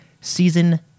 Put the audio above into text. Season